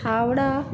Howrah